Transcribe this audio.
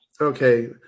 Okay